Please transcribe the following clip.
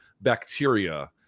bacteria